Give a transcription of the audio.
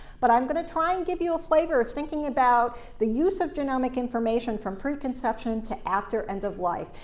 but i'm going to try and give you a flavor of thinking about the use of genomic information from preconception to after end of life,